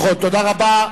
נכון, תודה רבה.